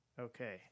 Okay